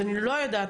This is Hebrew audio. אני לא יודעת,